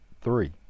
three